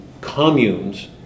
communes